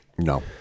No